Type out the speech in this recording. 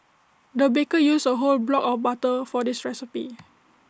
the baker used A whole block of butter for this recipe